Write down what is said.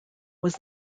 was